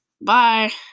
Bye